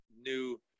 new